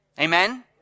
Amen